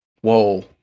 Whoa